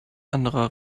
anderer